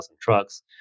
trucks